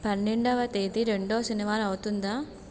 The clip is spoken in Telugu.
పన్నెండవ తేదీ రెండో శనివారం అవుతుందా